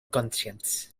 conscience